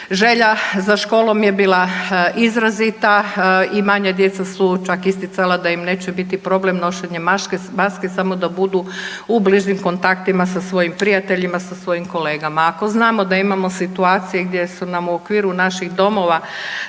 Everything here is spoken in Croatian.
Želja za školom je bila izrazita i manja djeca su čak isticala da im neće biti problem nošenje maske samo da budu u bližim kontaktima sa svojim prijateljima, sa svojim kolegama. Ako znamo da imamo situacije gdje su nam u okviru naših domova,